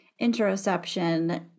interoception